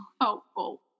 helpful